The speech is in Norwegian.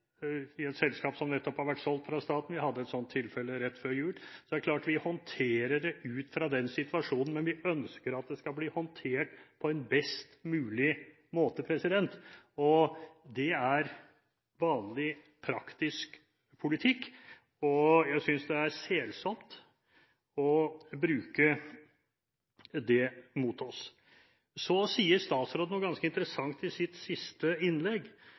i et selskap som nettopp har vært solgt fra staten – vi hadde et slikt tilfelle rett før jul – er det klart at vi håndterer det ut fra den situasjonen, men vi ønsker at det skal bli håndtert på en best mulig måte. Det er vanlig, praktisk politikk, og jeg synes det er selsomt at man bruker det mot oss. Så sier statsråden noe ganske interessant i sitt siste innlegg,